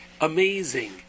Amazing